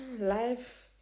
Life